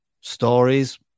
stories